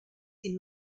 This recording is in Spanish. sin